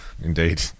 indeed